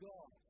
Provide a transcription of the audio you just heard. God